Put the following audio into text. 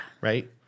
Right